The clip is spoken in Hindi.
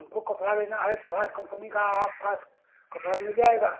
हमको कपड़ा लेना है बड़ा कंपनी का आपके पास कपड़ा मिल जाएगा